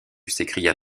s’écria